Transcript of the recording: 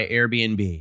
Airbnb